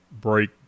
break